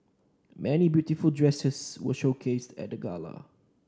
many beautiful dresses were showcased at the gala